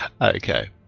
Okay